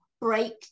break